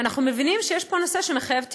ואנחנו מבינים שיש פה נושא שמחייב טיפול.